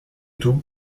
tout